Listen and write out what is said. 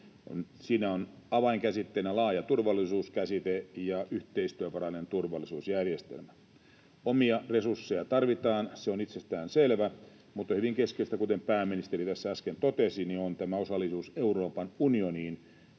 Siinä on avainkäsitteenä laaja turvallisuuskäsite ja yhteistyövarainen turvallisuusjärjestelmä. Omia resursseja tarvitaan, se on itsestään selvää, mutta hyvin keskeistä, kuten pääministeri tässä äsken totesi, on tämä osallisuus Euroopan unioniin.